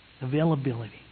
Availability